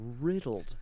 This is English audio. riddled